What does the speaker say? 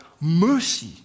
mercy